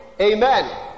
Amen